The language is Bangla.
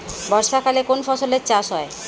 বর্ষাকালে কোন ফসলের চাষ হয়?